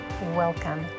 Welcome